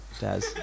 Daz